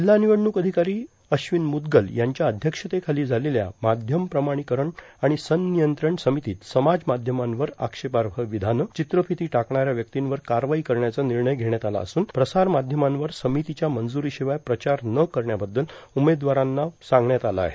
जिल्हा निवडणूक अाधकारां अश्विन मुदगल यांच्या अध्यक्षतेखालां झालेल्या माध्यम प्रमाणीकरण आर्गण सर्गानयंत्रण सर्गमतीत समाज माध्यमांवर आक्षेपाह र्ववधाने र्णचर्त्राफती टाकणाऱ्या व्यक्तिंवर कारवाई करण्याचा निणेय घेण्यात आला असून प्रसार माध्यमांवर र्सामतीच्या मंजुर्राशिवाय प्रचार न करण्याबद्दल उमेदवारांना प्न्हा सांगण्यात आलं आहे